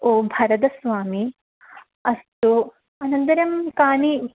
ओ भरतस्वामि अस्तु अनन्तरं कानि